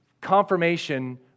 confirmation